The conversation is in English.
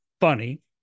funny